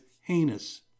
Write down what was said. heinous